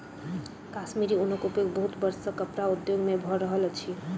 कश्मीरी ऊनक उपयोग बहुत वर्ष सॅ कपड़ा उद्योग में भ रहल अछि